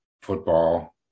football